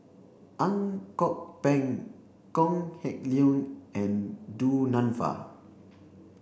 Ang Kok Peng Kok Heng Leun and Du Nanfa